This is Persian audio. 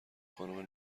خانم